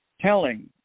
telling